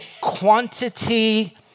quantity